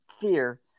fear